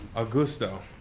augusto.